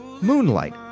Moonlight